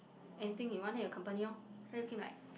anything you want then you accompany orh then became like